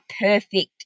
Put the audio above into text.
perfect